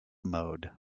mode